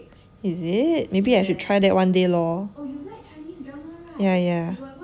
is it maybe I should try that one day lor yeah yeah